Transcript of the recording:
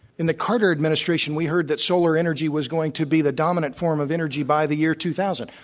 in the carter administration we heard that solar energy was going to be the dominant form of energy by the year two thousand.